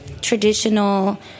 Traditional